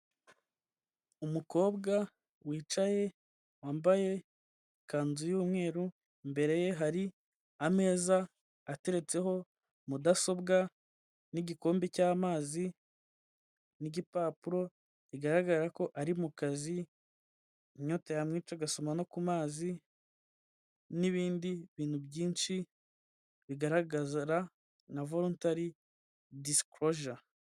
Umukobwa wicaye wambaye ikanzu y'umweru, imbere ye hari ameza ateretseho mudasobwa n'igikombe cy'amazi, n'Igipapuro, bigaragara ko ari mu kazi inyota yamwica agasoma no ku mazi n'ibindi bintu byinshi bigaragara nka voluntary disclosure.